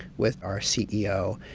with our ceo,